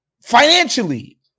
financially